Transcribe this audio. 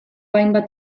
hainbat